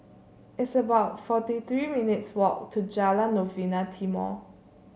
it's about forty three minutes' walk to Jalan Novena Timor